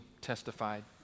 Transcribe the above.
testified